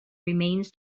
remains